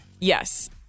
Yes